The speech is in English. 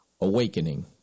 awakening